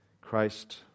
Christ